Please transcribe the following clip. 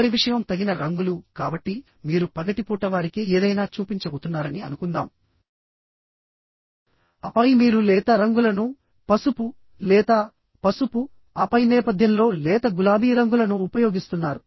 తదుపరి విషయం తగిన రంగులు కాబట్టి మీరు పగటిపూట వారికి ఏదైనా చూపించబోతున్నారని అనుకుందాం ఆపై మీరు లేత రంగులను పసుపు లేత పసుపు ఆపై నేపథ్యంలో లేత గులాబీ రంగులను ఉపయోగిస్తున్నారు